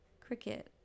Cricket